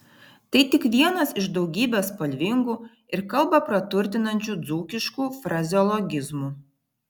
tai tik vienas iš daugybės spalvingų ir kalbą praturtinančių dzūkiškų frazeologizmų